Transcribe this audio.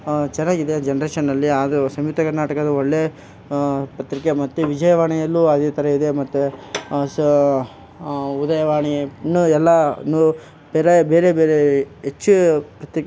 ಚೆನ್ನಾಗಿದೆ ಜನ್ರೇಷನಲ್ಲಿ ಅದು ಸಂಯುಕ್ತ ಕರ್ನಾಟಕದ ಒಳ್ಳೆ ಪತ್ರಿಕೆ ಮತ್ತು ವಿಜಯವಾಣಿಯಲ್ಲೂ ಅದೇ ಥರ ಇದೆ ಮತ್ತೆ ಸ ಉದಯವಾಣಿ ಇನ್ನೂ ಎಲ್ಲಾ ಬೇರೆ ಬೇರೆ ಬೇರೆ ಹೆಚ್ಚು ಪ್ರತಿಕ್